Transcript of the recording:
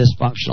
dysfunctional